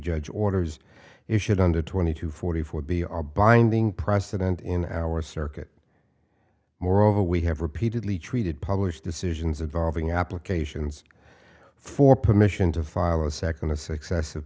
judge orders issued under twenty two forty four b are binding precedent in our circuit moreover we have repeatedly treated published decisions of valving applications for permission to file a second of successive